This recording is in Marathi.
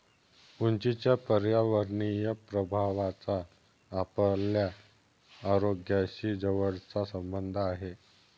उंचीच्या पर्यावरणीय प्रभावाचा आपल्या आरोग्याशी जवळचा संबंध आहे